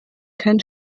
kein